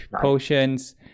potions